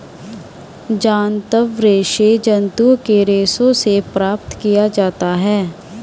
जांतव रेशे जंतुओं के रेशों से प्राप्त किया जाता है